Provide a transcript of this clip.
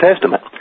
Testament